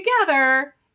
together